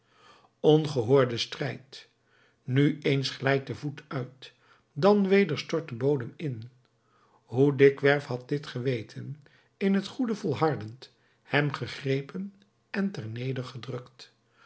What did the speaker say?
ongehoorde strijd nu eens glijdt de voet uit dan weder stort de bodem in hoe dikwerf had dit geweten in het goede volhardend hem gegrepen en